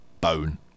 bone